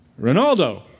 Ronaldo